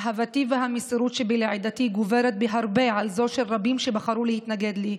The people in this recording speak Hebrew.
אהבתי והמסירות שבי לעדתי גוברת בהרבה על זו של רבים שבחרו להתנגד לי,